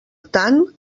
tant